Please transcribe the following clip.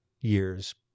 years